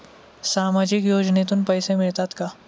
सामाजिक योजनेतून पैसे मिळतात का?